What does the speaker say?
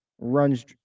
Runs